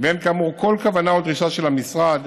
ואין כאמור כל כוונה או דרישה של המשרד